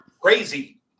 crazy